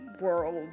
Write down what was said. world